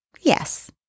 Yes